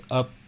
up